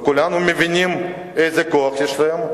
וכולנו מבינים איזה כוח יש להן,